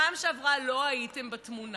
בפעם שעברה לא הייתם בתמונה,